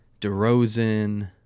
DeRozan